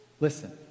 listen